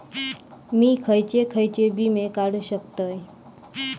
मी खयचे खयचे विमे काढू शकतय?